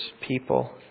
people